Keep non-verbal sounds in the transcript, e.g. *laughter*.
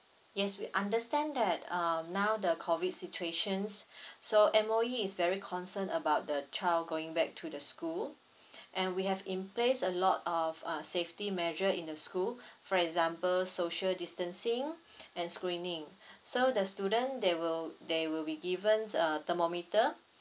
yes we understand that um now the COVID situations *breath* so M_O_E is very concerned about the child going back to the school *breath* and we have in place a lot of ah safety measure in the school *breath* for example social distancing *breath* and screening *breath* so the student they will they will be given a thermometre